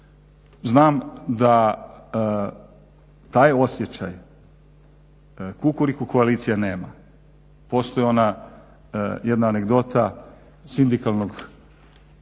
Znam da taj osjećaj Kukuriku koalicija nema. Postoji ona jedna anegdota sindikalnog